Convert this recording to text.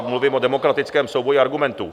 Mluvím o demokratickém souboji argumentů.